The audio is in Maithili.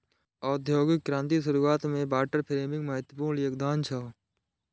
औद्योगिक क्रांतिक शुरुआत मे वाटर फ्रेमक महत्वपूर्ण योगदान छै